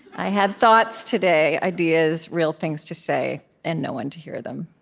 i had thoughts today, ideas, real things to say, and no one to hear them